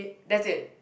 that's it